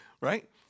Right